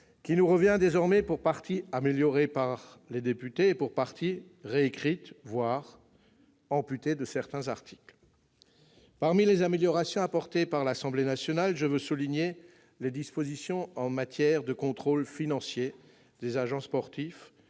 qui nous revient de l'Assemblée nationale pour partie améliorée, pour partie réécrite, voire amputée de certains articles. Parmi les améliorations apportées par l'Assemblée nationale, je tiens à souligner les dispositions en matière de contrôle financier des agents sportifs,